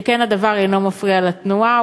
שכן הדבר אינו מפריע לתנועה,